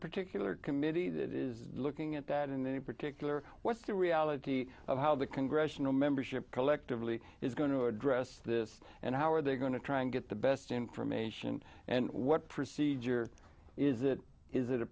particular committee that is looking at that in any particular what's the reality of how the congressional membership collectively is going to address this and how are they going to try and get the best information and what procedure is it is it a